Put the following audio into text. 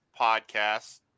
podcast